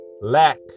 Lack